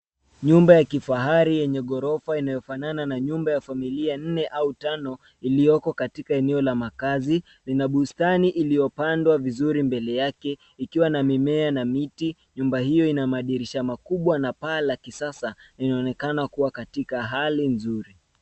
Nyumba ya kifahari yenye ghorofa inayofanana na nyumba ya familia nne au tano iliyoko katika eneo la makazi. Lina bustani iliyopandwa vizuri mbele yake ikiwa na mimea na miti. Nyumba hiyo ina madirisha makubwa na paa la kisasa. Inaonekana kuwa katika hali nzuri.